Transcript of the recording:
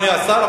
אדוני השר,